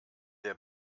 der